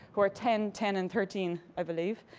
who are ten, ten and thirteen i believe.